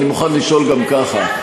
אני מוכן לשאול גם ככה.